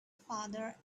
father